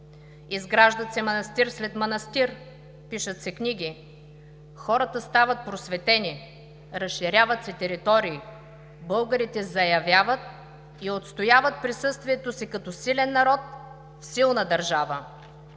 Изграждат се манастир след манастир, пишат се книги, хората стават просветени, разширяват се територии, българите заявяват и отстояват присъствието си като силен народ в силна държава.